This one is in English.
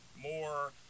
more